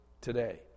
today